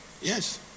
Yes